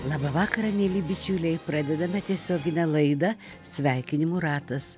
labą vakarą mieli bičiuliai pradedame tiesioginę laidą sveikinimų ratas